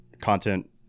content